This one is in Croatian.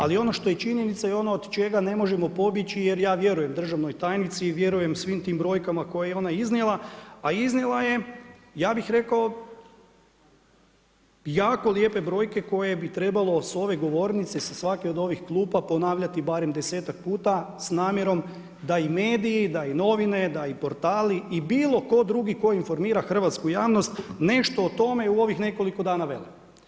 Ali ono što je činjenica i ono od čega ne možemo pobjeći jer ja vjerujem državnoj tajnici i vjerujem svim tim brojkama koje je ona iznijela, a iznijela ja bih rekao jako lijepe brojke koje bi trebalo s ove govornice sa svake od ovih klupa ponavljati barem desetak puta s namjerom da i mediji, da i novine, da i portali i bilo tko drugi tko informira hrvatsku javnost nešto o tome u ovih nekoliko dana veli.